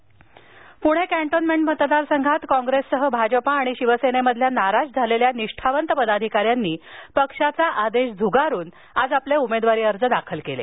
Pune cantonment मतदारसंघात काँग्रेससह भाजपा आणि शिवसनेमधील नाराज झालेल्या निष्ठावंत पदाधिका यांनी पक्षाचा आदेश झगारून आज उमेदवारी अर्ज दाखल केले